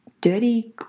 dirty